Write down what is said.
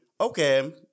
Okay